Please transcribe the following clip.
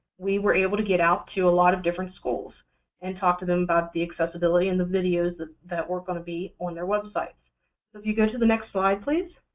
we were able to get out to a lot of different schools and talk to them about the accessibility in the videos that were going to be on their website. so if you go to the next slide, please.